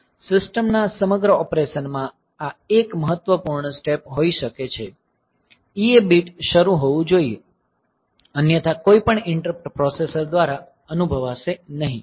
સિસ્ટમના સમગ્ર ઓપરેશનમાં આ 1 મહત્વપૂર્ણ સ્ટેપ હોઈ શકે છે કે EA બીટ શરુ હોવું જોઈએ અન્યથા કોઈપણ ઈંટરપ્ટ પ્રોસેસર દ્વારા અનુભવાશે નહીં